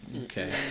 Okay